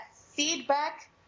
feedback